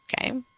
Okay